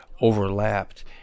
overlapped